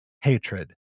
hatred